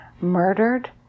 murdered